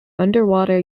underwater